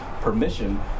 permission